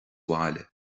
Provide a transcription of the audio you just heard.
bhaile